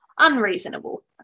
unreasonable